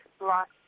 lost